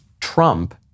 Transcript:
Trump